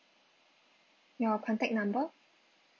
your contact number